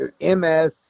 MS